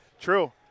True